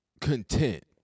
content